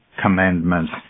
commandments